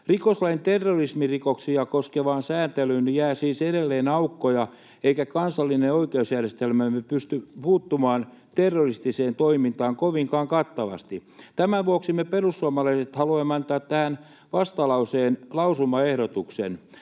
Rikoslain terrorismirikoksia koskevaan sääntelyyn jää siis edelleen aukkoja, eikä kansallinen oikeusjärjestelmämme pysty puuttumaan terroristiseen toimintaan kovinkaan kattavasti. Tämän vuoksi me perussuomalaiset haluamme tehdä tähän vastalauseen lausumaehdotuksen.